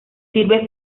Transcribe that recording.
sirve